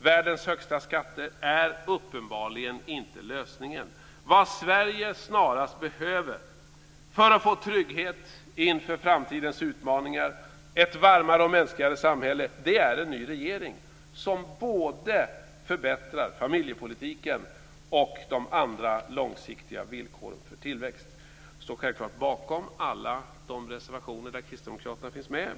Världens högsta skatter är uppenbarligen inte lösningen. Vad Sverige snarast behöver för att få trygghet inför framtidens utmaningar, ett varmare och mänskligare samhälle är en ny regering som både förbättrar familjepolitiken och de andra långsiktiga villkoren för tillväxt. Jag står självklart bakom alla de reservationer där kristdemokraterna finns med.